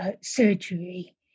surgery